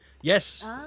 yes